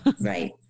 Right